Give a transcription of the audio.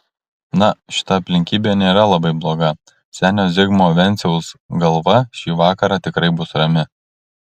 na šita aplinkybė nėra labai bloga senio zigmo venciaus galva šį vakarą tikrai bus rami